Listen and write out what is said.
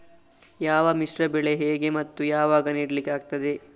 ಯಾವ ಮಿಶ್ರ ಬೆಳೆ ಹೇಗೆ ಮತ್ತೆ ಯಾವಾಗ ನೆಡ್ಲಿಕ್ಕೆ ಆಗ್ತದೆ?